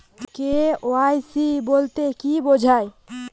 KYC বলতে কি বোঝায়?